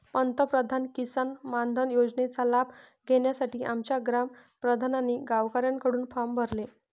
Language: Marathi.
पंतप्रधान किसान मानधन योजनेचा लाभ घेण्यासाठी आमच्या ग्राम प्रधानांनी गावकऱ्यांकडून फॉर्म भरले